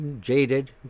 jaded